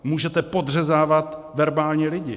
Můžete podřezávat verbálně lidi.